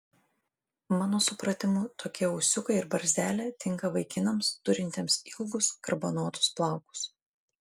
mano supratimu tokie ūsiukai ir barzdelė tinka vaikinams turintiems ilgus garbanotus plaukus